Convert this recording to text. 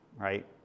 right